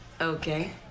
Okay